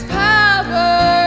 power